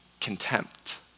contempt